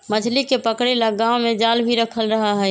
मछली के पकड़े ला गांव में जाल भी रखल रहा हई